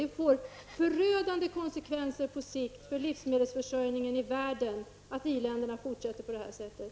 Det får på sikt förödande konsekvenser för livsmedelsförsörjningen i världen att i-länderna fortsätter på detta sätt.